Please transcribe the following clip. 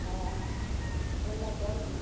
हँ बोलने चल